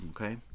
Okay